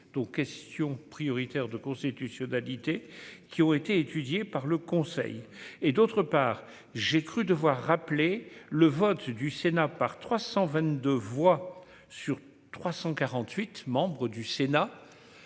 dont Question prioritaire de constitutionnalité qui ont été étudiés par le Conseil, et d'autre part, j'ai cru devoir rappeler le vote du Sénat, par 322 voix sur 348 membres du Sénat